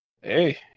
hey